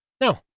No